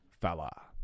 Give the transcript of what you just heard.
fella